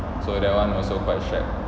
so that [one] also quite shag